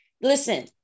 listen